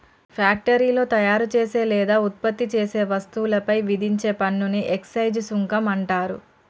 ఫ్యాక్టరీలో తయారుచేసే లేదా ఉత్పత్తి చేసే వస్తువులపై విధించే పన్నుని ఎక్సైజ్ సుంకం అంటరు